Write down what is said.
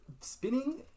spinning